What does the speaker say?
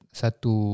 satu